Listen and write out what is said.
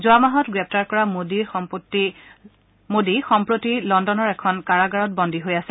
যোৱা মাহত গ্ৰেপ্তাৰ কৰা মোডী সম্প্ৰতি লণ্ডনৰ এখন কাৰাগাৰত বন্দী হৈ আছে